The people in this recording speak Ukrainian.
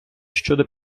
щодо